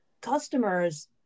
customers